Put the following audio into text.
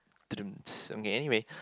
okay anyway